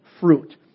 fruit